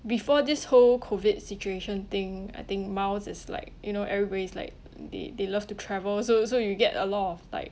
before this whole COVID situation thing I think miles is like you know everybody is like they they love to travel so so you get a lot of like